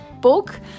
book